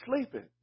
sleeping